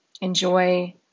Enjoy